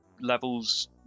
levels